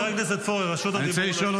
נו, נו, חבר הכנסת פורר, נו,